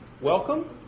Welcome